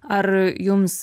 ar jums